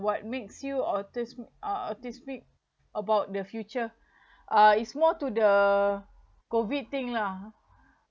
what makes you or this uh this week about the future uh it's more to the COVID thing lah